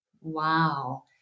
Wow